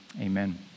Amen